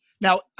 Now